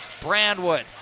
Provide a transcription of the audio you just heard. Brandwood